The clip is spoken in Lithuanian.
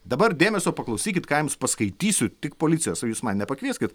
dabar dėmesio paklausykit ką jums paskaitysiu tik policijos jūs man nepakvieskit